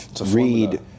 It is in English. read